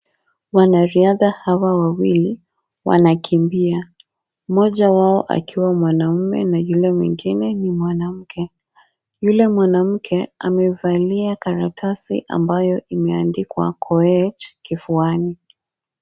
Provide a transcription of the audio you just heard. Wanariadha hawa wawili wanakimbia, mmoja wao akiwa mwanamme na yule mwingine mwanamke, yule mwanamke amevalia karatasi ambayo imeandikwa Koech kifuani.